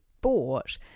bought